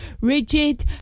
Rigid